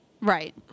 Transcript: Right